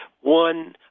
one